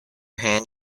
hand